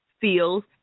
feels